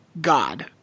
God